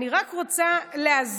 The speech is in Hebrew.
אני רק רוצה להזכיר,